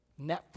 Netflix